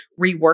rework